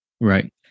Right